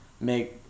make